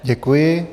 Děkuji.